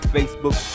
Facebook